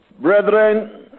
Brethren